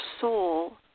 soul